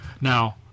Now